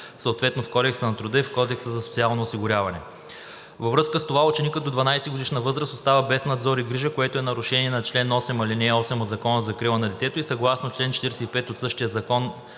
съответно в Кодекса на труда и в Кодекса за социалното осигуряване. Във връзка с това ученикът до 12-годишна възраст остава без надзор и грижа, което е нарушение на чл. 8, ал. 8 от Закона за закрила на детето и съгласно чл. 45 от същия закон